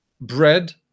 bread